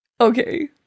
Okay